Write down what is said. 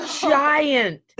giant